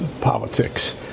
politics